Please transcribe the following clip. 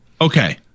Okay